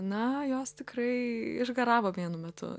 na jos tikrai išgaravo vienu metu